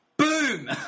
Boom